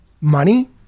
Money